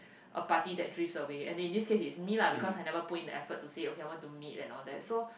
a party that drift away and in this case it's me lah because I never put in the effort to say okay I want to meet and all that so